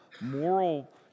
moral